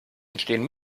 entstehen